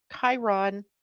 Chiron